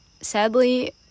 sadly